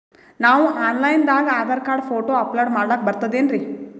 ನಾವು online ದಾಗ Aadhaar card, photo upload ಮಾಡ್ಲಕ ಬರ್ತದೇನ್ರಿ?